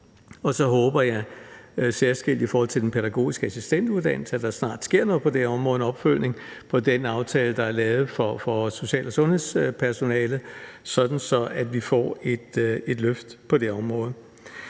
Så håber jeg særskilt i forhold til den pædagogiske assistentuddannelse, at der snart sker noget på det område, en opfølgning på den aftale, der er lavet for social- og sundhedspersonalet, sådan at vi får et løft på det område.